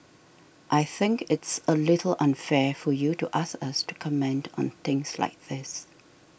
I think it's a little unfair for you to ask us to comment on things like this